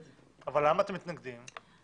אבל למה אתם מתנגדים לכל תיקון?